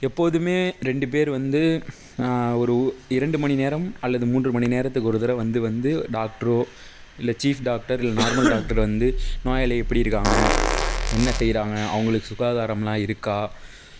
எப்போதும் ரெண்டு பேர் வந்து ஒரு இரண்டு மணி நேரம் அல்லது மூன்று மணி நேரத்துக்கு ஒரு தடவை வந்து வந்து டாக்டரோ இல்லை சீஃப் டாக்டர் இல்லை நார்மல் டாக்டர் வந்து நோயாளி எப்படி இருக்காங்க என்ன செய்கிறாங்க அவங்களுக்கு சுகாதாரம்லாம் இருக்கா